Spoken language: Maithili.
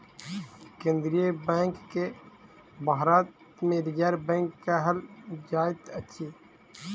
केन्द्रीय बैंक के भारत मे रिजर्व बैंक कहल जाइत अछि